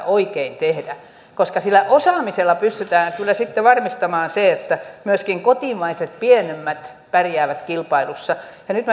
oikein tehdä koska sillä osaamisella pystytään kyllä sitten varmistamaan se että myöskin kotimaiset pienemmät pärjäävät kilpailussa nyt